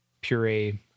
puree